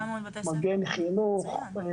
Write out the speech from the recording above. מגן חינוך,